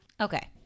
Okay